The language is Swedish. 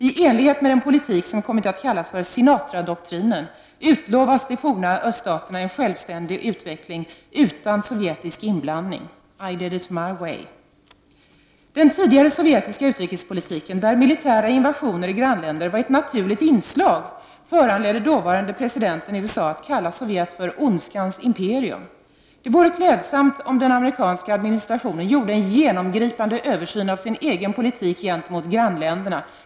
I enlighet med den politik som har kommit att kallas för Sinatradoktrinen utlovas de forna öststaterna en självständig utveckling utan sovjetisk inblandning — ”TI did it my way”. Den tidigare sovjetiska utrikespolitiken, där militära invasioner i grannländer var ett naturligt inslag, föranledde dåvarande presidenten i USA att kalla Sovjet för ondskans imperium. Men det vore klädsamt om den amerikanska administrationen gjorde en genomgripande översyn av sin egen politik gentemot grannländerna.